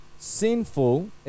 sinful